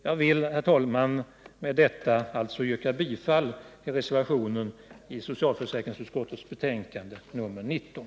Jag vill därför, herr talman, med cGetta yrka bifall till reservationen i socialförsäkringsutskottets betänkande nr 19.